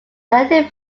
elected